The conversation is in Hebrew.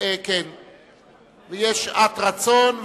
יש שעת רצון,